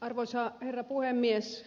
arvoisa herra puhemies